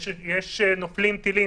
כשנופלים טילים,